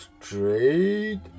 straight